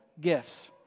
gifts